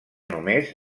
només